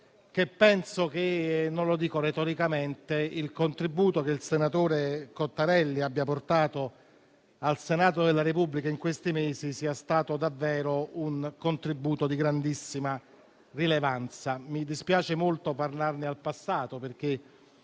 penso che il contributo che il senatore Cottarelli ha portato al Senato della Repubblica in questi mesi sia stato davvero di grandissima rilevanza. Mi dispiace molto parlarne al passato, perché